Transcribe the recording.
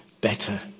better